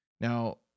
Now